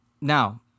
Now